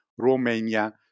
Romania